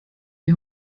die